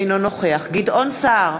אינו נוכח גדעון סער,